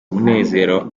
umunezero